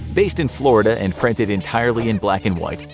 based in florida and printed entirely in black and white,